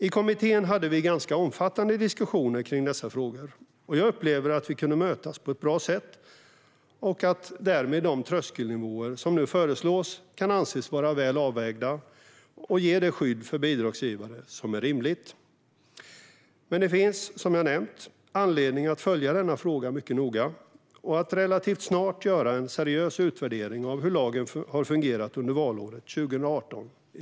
I kommittén hade vi ganska omfattande diskussioner kring dessa frågor, och jag upplever att vi kunde mötas på ett bra sätt och att de tröskelnivåer som nu föreslås därmed kan anses vara väl avvägda och ge det skydd för bidragsgivare som är rimligt. Men det finns, som jag nämnt, anledning att följa denna fråga mycket noga och att relativt snart göra en seriös utvärdering av hur lagen i detta avseende har fungerat under valåret 2018.